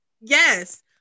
Yes